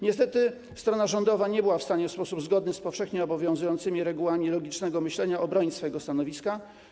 Niestety strona rządowa nie była w stanie w sposób zgodny z powszechnie obowiązującymi regułami logicznego myślenia obronić swojego stanowiska.